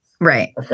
right